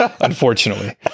unfortunately